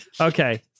Okay